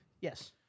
Yes